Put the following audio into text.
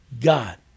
god